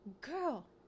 girl